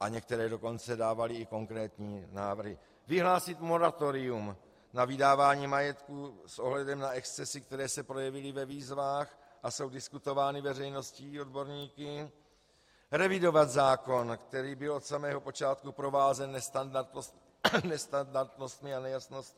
A některé dokonce dávaly i konkrétní návrhy vyhlásit moratorium na vydávání majetku s ohledem na excesy, které se projevily ve výzvách a jsou diskutovány veřejností odborníky, revidovat zákon, který byl od samého počátku provázen nestandardnostmi a nejasnostmi.